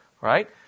right